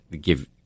give